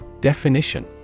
Definition